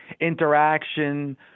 interaction